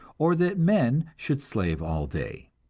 or that men should slave all day.